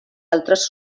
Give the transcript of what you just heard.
altres